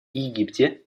египте